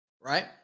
Right